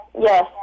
Yes